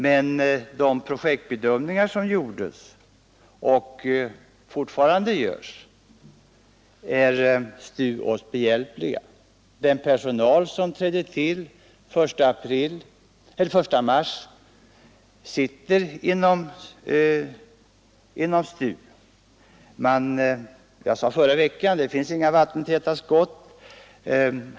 Men de projektbedömningar som gjordes och som fortfarande görs är STU oss behjälplig med. Den personal som trädde till den 1 mars sitter inom STU. Jag sade förra veckan att det inte finns några vattentäta skott.